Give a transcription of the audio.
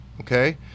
okay